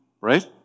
right